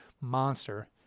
Monster